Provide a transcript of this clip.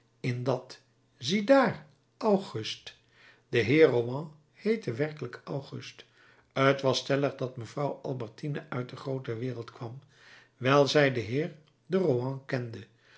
in dat ziedaar august de heer de rohan heette werkelijk august t was stellig dat mevrouw albertine uit de groote wereld kwam wijl zij den heer de rohan kende